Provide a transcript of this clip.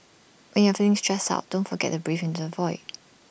when you are feeling stressed out don't forget to breathe into the void